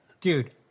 dude